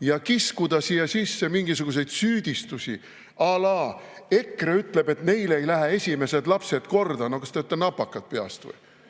Ja kiskuda siia sisse mingisuguseid süüdistusiàla"EKRE ütleb, et neile ei lähe esimesed lapsed korda" – no kas te olete napakad peast või?